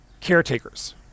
caretakers